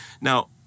Now